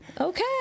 Okay